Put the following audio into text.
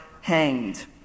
hanged